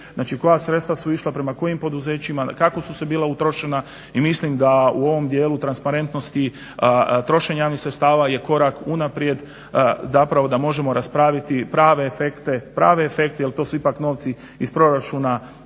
koja sredstva su išla prema kojim poduzećima, kako su bila utrošena i mislim da u ovom dijelu transparentnosti trošenja javnih sredstava je korak unaprijed zapravo da možemo raspraviti prave efekte jer to su ipak novci iz proračuna